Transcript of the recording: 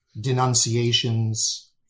denunciations